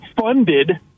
funded